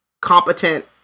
competent